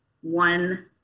one